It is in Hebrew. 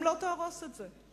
אם לא תהרוס את זה.